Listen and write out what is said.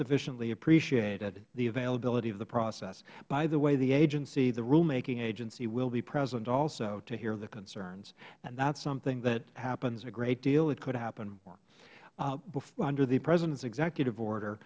sufficiently appreciated the availability of the process by the way the agency the rulemaking agency will be present also to hear the concerns and that is something that happens a great deal it could happen more under the president's executive order